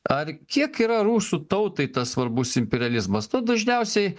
ar kiek yra rusų tautai tas svarbus imperializmas to dažniausiai